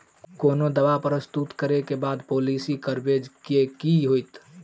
कोनो दावा प्रस्तुत करै केँ बाद पॉलिसी कवरेज केँ की होइत?